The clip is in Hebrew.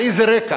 על איזה רקע?